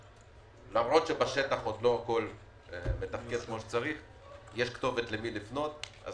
למרות שבשטח עוד לא הכול מתפקד כפי שצריך יש כתובת למי לפנות.